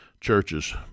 churches